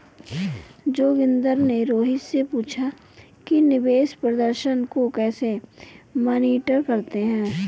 जोगिंदर ने रोहित से पूछा कि निवेश प्रदर्शन को कैसे मॉनिटर करते हैं?